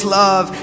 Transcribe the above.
love